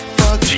fuck